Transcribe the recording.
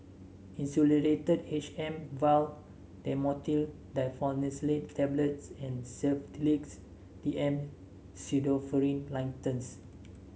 Insulatard H M vial Dhamotil Diphenoxylate Tablets and Sedilix D M Pseudoephrine Linctus